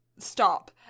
stop